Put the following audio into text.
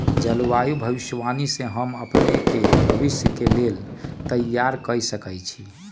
जलवायु भविष्यवाणी से हम अपने के भविष्य के लेल तइयार कऽ सकै छी